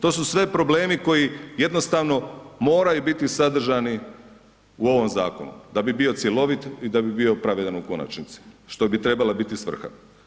To su sve problemi koji jednostavno moraju biti sadržani u ovom zakonu, da bi bio cjelovit i da bi bio pravedan u konačnici, što bi trebala biti svrha.